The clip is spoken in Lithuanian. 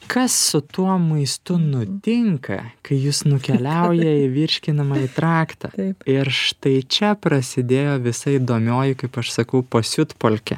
kas su tuo maistu nutinka kai jis nukeliauja į virškinamąjį traktą ir štai čia prasidėjo visa įdomioji kaip aš sakau pasiutpolkė